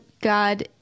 God